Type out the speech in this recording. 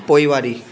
पोइवारी